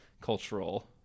cultural